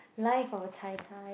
life of a tai-tai